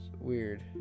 Weird